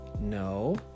No